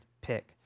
pick